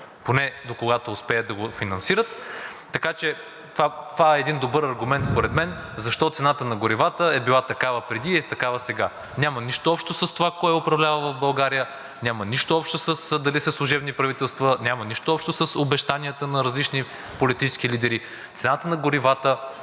поне докогато успеят да го финансират, така че това е един добър аргумент според мен защо цената на горивата е била такава преди и е такава сега. Няма нищо общо с това кой е управлявал в България, няма нищо общо със служебни правителства, няма нищо общо с обещанията на различни политически лидери, цената на горивата